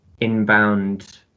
inbound